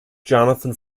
jonathan